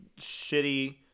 shitty